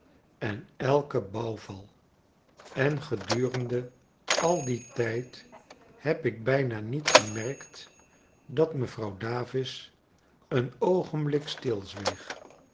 en elken bouwval en gedurende al dien tijd heb ik bijna niet gemerkt dat mevrouw davis een oogenblik